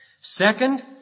Second